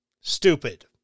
stupid